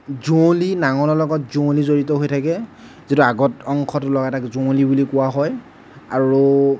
যুঁৱলী নাঙলৰ লগত যুঁৱলী জড়িত হৈ থাকে যিটো আগত অংশত লগোৱা তাক যুঁৱলী বুলি কোৱা হয় আৰু